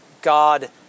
God